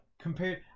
Compared